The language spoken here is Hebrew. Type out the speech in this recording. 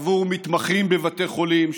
עבור מתמחים בבתי חולים,